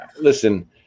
Listen